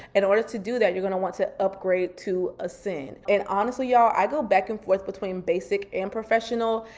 in order to do that you're gonna want to upgrade to ascend. and honestly, y'all, i go back and forth between basic and professional,